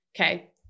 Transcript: okay